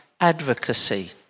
advocacy